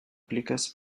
pliques